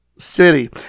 city